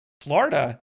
Florida